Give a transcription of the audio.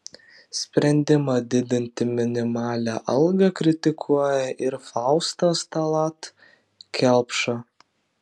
sprendimą didinti minimalią algą kritikuoja ir faustas tallat kelpša